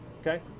okay